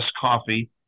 Coffee